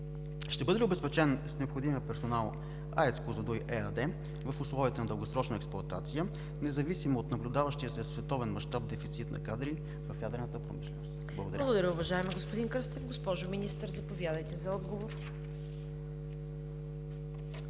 ще бъде ли обезпечен с необходимия персонал АЕЦ „Козлодуй“ ЕАД в условията на дългосрочна експлоатация, независимо от наблюдаващия се в световен мащаб дефицит на кадри в ядрената промишленост? Благодаря. ПРЕДСЕДАТЕЛ ЦВЕТА КАРАЯНЧЕВА: Благодаря, уважаеми господин Кръстев. Госпожо Министър, заповядайте за отговор.